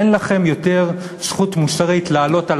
אין לכם יותר זכות מוסרית לעלות על